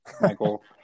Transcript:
Michael